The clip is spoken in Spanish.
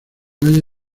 valle